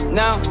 now